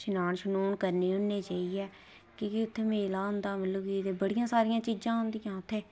शनान करने होन्ने जाइयै की के उत्थै मेला होंदा ते बड़ियां सारियां चीज़ां होंदियां उत्ै